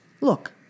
Look